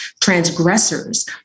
transgressors